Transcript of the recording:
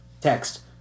text